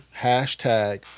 hashtag